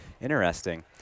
Interesting